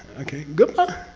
okay gupa?